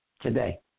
today